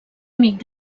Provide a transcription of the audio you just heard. amic